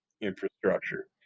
infrastructure